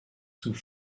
sous